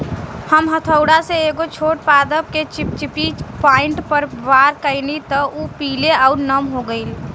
हम हथौड़ा से एगो छोट पादप के चिपचिपी पॉइंट पर वार कैनी त उ पीले आउर नम हो गईल